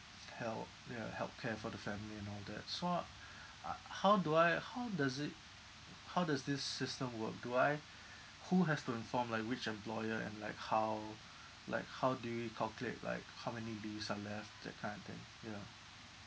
help ya help care for the family and all that so uh uh how do I how does it how does this system work do I who has to inform like which employer and like how like how do we calculate like how many leaves are left that kind of thing yeah